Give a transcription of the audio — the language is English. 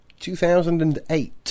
2008